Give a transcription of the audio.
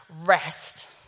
rest